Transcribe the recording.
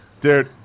Dude